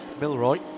Milroy